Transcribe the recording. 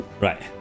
Right